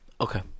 okay